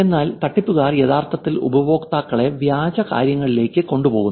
എന്നാൽ തട്ടിപ്പുകാർ യഥാർത്ഥത്തിൽ ഉപയോക്താക്കളെ വ്യാജ കാര്യങ്ങളിലേക്ക് കൊണ്ടുപോകുന്നു